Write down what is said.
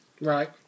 right